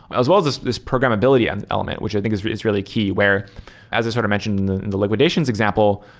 as well as this this programmability and element, which i think is is really key, where as i sort of mentioned in the liquidations example,